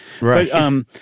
Right